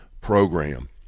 program